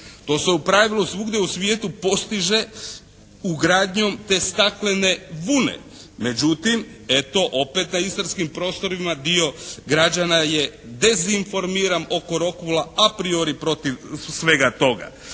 To se u pravilu svugdje u svijetu postiže ugradnjom te staklene vune, međutim eto opet na istarskim prostorima dio građana je dezinformiran oko rokula a priori protiv svega toga.